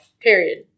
Period